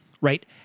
Right